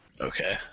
Okay